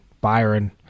Byron